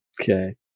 Okay